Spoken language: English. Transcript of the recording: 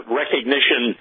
recognition